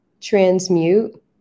transmute